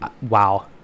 wow